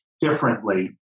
differently